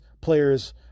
players